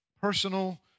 personal